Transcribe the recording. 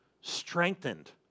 strengthened